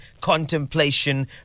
contemplation